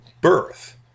birth